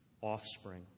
offspring